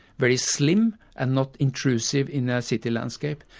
very slim and not intrusive in a city landscape.